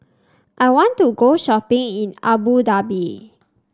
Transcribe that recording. I want to go shopping in Abu Dhabi